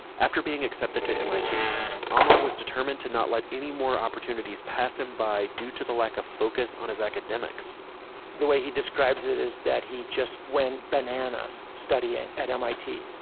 after being accepted to mit amar was determined to not let any more opportunities pass him by due to lack of focus on his academics the way he describes it is that he just went bananas studying at mit.